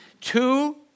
Two